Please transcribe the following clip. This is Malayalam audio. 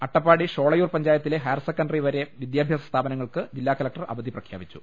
അട്ടപ്പാടി ഷോളയൂർ പഞ്ചായത്തിലെ ഹയർസെക്കൻഡറിവരെ വിദ്യാഭ്യാസ സ്ഥാപനങ്ങൾക്ക് ജില്ലാ കലക്ടർ അവധി പ്രഖ്യാപിച്ചു